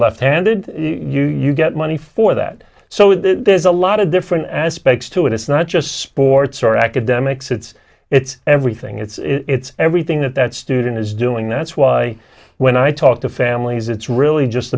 left handed you you get money for that so there's a lot of different aspects to it it's not just sports or academics it's it's everything it's everything that that student is doing that's why when i talk to families it's really just